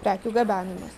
prekių gabenimas